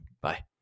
Bye